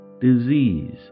disease